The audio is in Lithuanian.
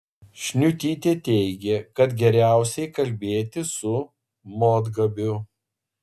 šniutytė teigė kad geriausiai kalbėtis su motgabiu